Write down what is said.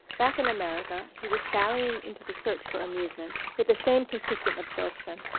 back in america, he was sallying into the search for amusement with the same consistent absorption.